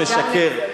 משקר,